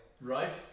Right